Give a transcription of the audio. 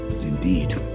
Indeed